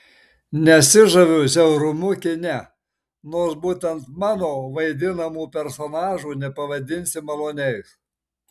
nesižaviu žiaurumu kine nors būtent mano vaidinamų personažų nepavadinsi maloniais